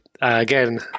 Again